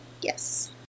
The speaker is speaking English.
yes